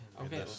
Okay